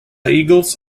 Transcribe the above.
eagles